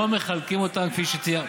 היום לא מחלקים אותם כפי שתיאר,